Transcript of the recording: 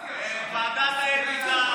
קריאה: ועדת האתיקה,